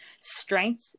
strength